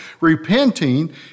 Repenting